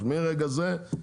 מרגע זה,